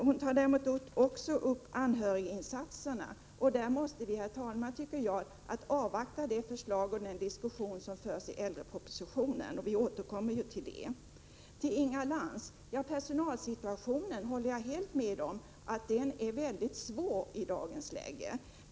Ulla Tillander tar också upp anhöriginsatserna, och där måste vi avvakta förslagen och diskussionen i äldrepropositionen, som vi återkommer till. Jag håller med Inga Lantz om att personalsituationen är mycket svår i dagens läge.